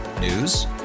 News